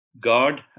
God